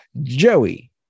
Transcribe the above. Joey